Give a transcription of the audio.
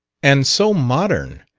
and so modern!